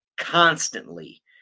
constantly